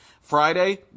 Friday